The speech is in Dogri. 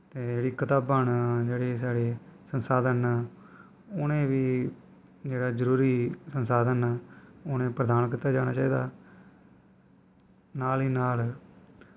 ते जेह्ड़ी कताबां न जेह्ड़ी साढ़ी संसादन न उनें बी जेह्ड़ा जरूरी संसादन न उनेंगी प्रधान कीता जाना चाही दा नाल ई नाल